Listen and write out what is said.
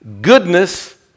goodness